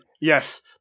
yes